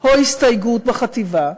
או הסתייגות בחטיבה,